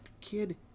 kid